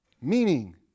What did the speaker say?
Meaning